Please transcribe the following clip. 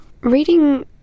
Reading